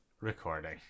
recording